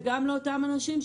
וגם לאותם אנשים,